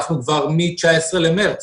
מ-19 למרץ,